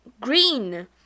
green